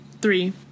Three